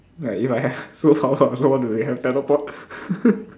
ya if I have superpower I also want to be have teleport